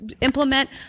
implement